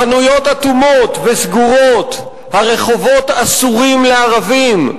החנויות אטומות וסגורות, הרחובות אסורים לערבים.